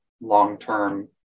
long-term